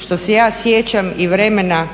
što se ja sjećam i vremena